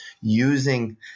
using